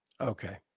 Okay